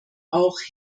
auch